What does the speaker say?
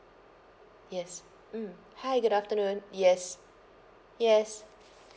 yes mm hi good afternoon yes yes